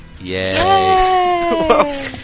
Yay